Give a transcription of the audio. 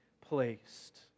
placed